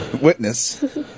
witness